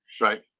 Right